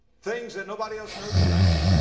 things that nobody else knows about